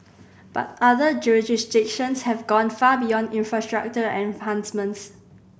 but other jurisdictions have gone far beyond infrastructure enhancements